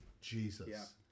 Jesus